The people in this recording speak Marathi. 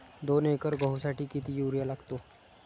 दोन एकर गहूसाठी किती युरिया लागतो?